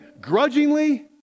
Grudgingly